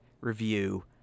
review